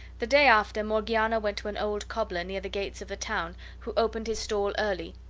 the day after morgiana went to an old cobbler near the gates of the town who opened his stall early,